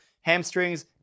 hamstrings